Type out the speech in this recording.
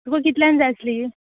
तुका कितल्यान जाय आसली